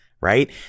right